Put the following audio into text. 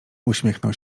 uśmiechnął